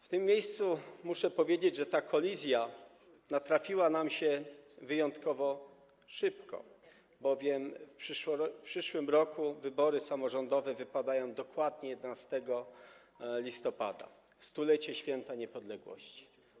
W tym miejscu muszę powiedzieć, że ta kolizja przytrafiła nam się wyjątkowo szybko, bowiem w przyszłym roku wybory samorządowe wypadają dokładnie 11 listopada, w 100-lecie Święta Niepodległości.